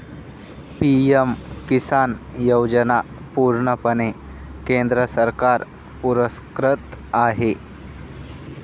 PM किसान योजना पूर्णपणे केंद्र सरकार पुरस्कृत आहे